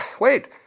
Wait